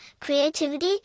creativity